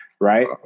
right